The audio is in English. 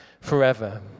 forever